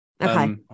Okay